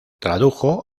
tradujo